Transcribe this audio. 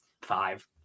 five